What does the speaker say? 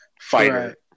fighter